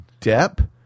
Depp